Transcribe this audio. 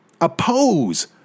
oppose